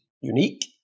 unique